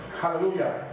hallelujah